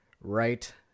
right